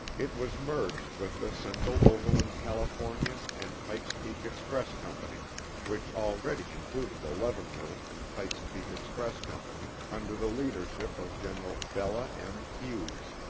it was merged with the central overland california and pike's peak express company which already included the leavenworth and pike's peak express company, under the leadership of general bela m. hughes.